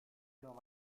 leur